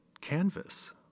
canvas